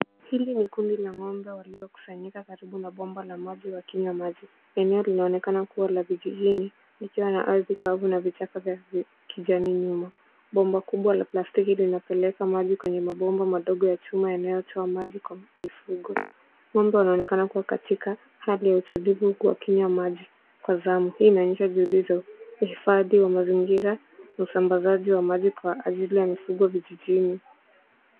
Hili ni kundi la ng'ombe waliokusanyika karibu na bomba la maji wakinywa maji. Eneo linaonekana kuwa la vijijini, likiwa na ardhi kavu na vichaka vya kijani nyuma. Bomba kubwa la plastiki linapeleka maji kwenye mabomba madogo ya chuma yanayotoa maji kwa mifugo. Ng'ombe wanaonekana kuwa katika hali ya utulivu huku wakinywa maji kwa zamu. Hii inaonyesha juhudi za uhifadhi wa mazingira na usambazaji wa maji kwa ajili ya mifugo vijijini.